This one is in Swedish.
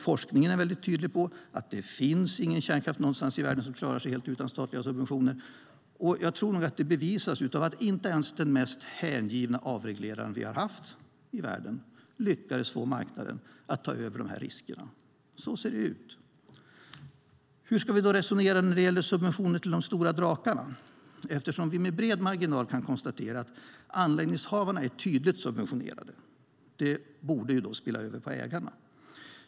Forskningen är tydlig med att det inte finns någon kärnkraft någonstans i världen som klarar sig helt utan statliga subventioner. Det bevisas av att inte ens den mest hängivna avregleraren vi har haft i världen lyckades få marknaden att ta över riskerna. Så ser det ut. Hur ska vi resonera när det gäller subventioner till de stora drakarna? Eftersom vi med bred marginal kan konstatera att anläggningshavarna är tydligt subventionerade borde det spilla över på ägarna.